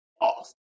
off